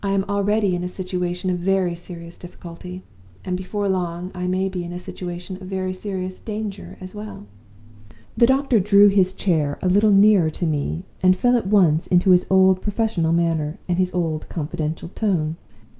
i am already in a situation of very serious difficulty and before long i may be in a situation of very serious danger as well the doctor drew his chair a little nearer to me, and fell at once into his old professional manner and his old confidential tone.